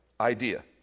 idea